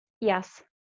Yes